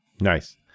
Nice